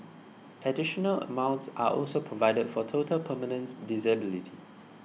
additional amounts are also provided for total permanent disability